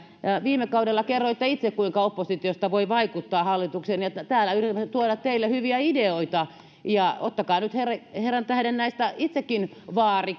viime kaudella kerroitte itse kuinka oppositiosta voi vaikuttaa hallitukseen ja täällä yritetään tuoda teille hyviä ideoita ottakaa nyt herran tähden näistä itsekin vaari